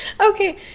okay